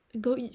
go